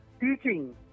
teaching